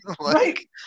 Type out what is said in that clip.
right